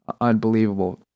Unbelievable